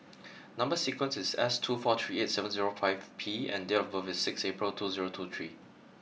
number sequence is S two four three eight seven zero five P and date of birth is six April two zero two three